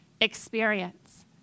experience